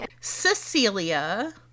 Cecilia